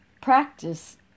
Practice